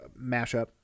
mashup